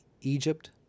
Egypt